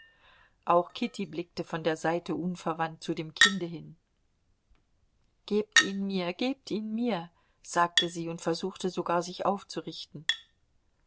auch kitty blickte von der seite unverwandt zu dem kinde hin gebt ihn mir gebt ihn mir sagte sie und versuchte sogar sich aufzurichten